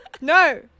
No